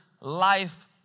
life